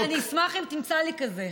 דרך אגב, אני אשמח אם תמצא לי אחת כזאת.